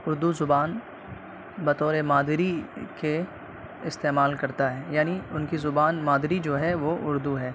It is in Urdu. اردو زبان بطور مادری کے استعمال کرتا ہے یعنی ان کی زبان مادری جو ہے وہ اردو ہے